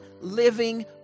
living